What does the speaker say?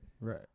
Right